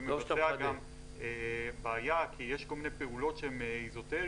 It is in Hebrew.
זה יוצר גם בעיה כי יש כל מיני פעולות שהן איזוטריות,